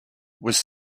was